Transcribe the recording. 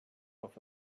puff